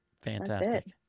Fantastic